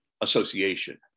association